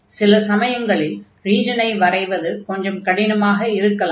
சில சமயங்களில் ரீஜனை வரைவது கொஞ்சம் கடினமாக இருக்கலாம்